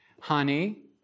honey